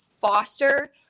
foster